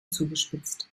zugespitzt